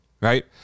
right